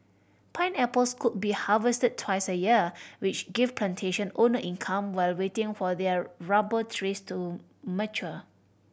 pineapples could be harvested twice a year which gave plantation owners income while waiting for their rubber trees to mature